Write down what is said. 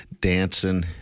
Dancing